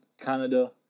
Canada